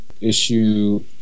Issue